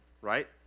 right